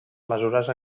mesures